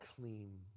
clean